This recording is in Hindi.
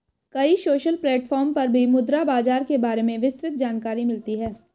कई सोशल प्लेटफ़ॉर्म पर भी मुद्रा बाजार के बारे में विस्तृत जानकरी मिलती है